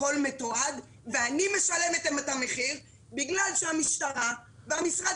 הכול מתועד ואני משלמת את המחיר בגלל שהמשטרה והמשרד